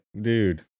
dude